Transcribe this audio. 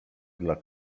dla